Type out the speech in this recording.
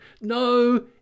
no